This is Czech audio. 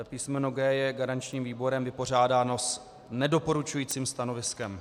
Písmeno G je garančním výborem vypořádáno s nedoporučujícím stanoviskem.